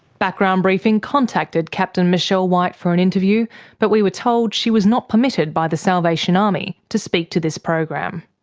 background briefing contacted captain michelle white for an interview but we were told she was not permitted by the salvation army to speak to this program.